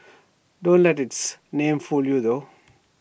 don't let its name fool you though